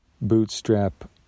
bootstrap